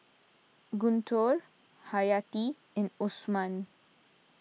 Guntur Haryati and Osman